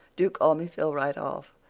do call me phil right off.